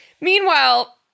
Meanwhile